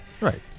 Right